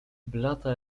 blada